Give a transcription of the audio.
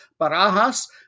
Barajas